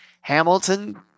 Hamilton